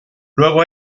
luego